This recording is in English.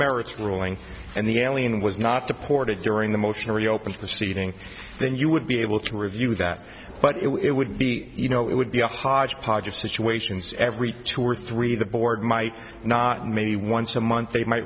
merits ruling and the alien was not deported during the motion to reopen the seating then you would be able to review that but it would be you know it would be a hodgepodge of situations every two or three the board might not maybe once a month they might